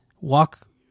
walk